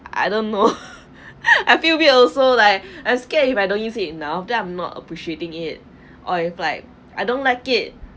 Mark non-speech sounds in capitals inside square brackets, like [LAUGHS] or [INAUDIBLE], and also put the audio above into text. I don't know [LAUGHS] I feel weird also like I scared if I don't use it enough that I'm not appreciating it or if like I don't like it